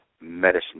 medicine